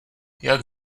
jak